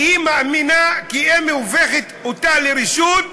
כי היא מאמינה שאם היא הופכת אותה לרשות,